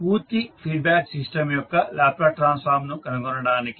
పూర్తి feedback system యొక్క Laplace transform ను కనుగొనడానికి